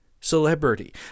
celebrity